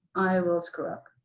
i will screw up.